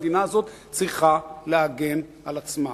המדינה הזאת צריכה להגן על עצמה,